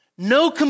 No